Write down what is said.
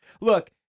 Look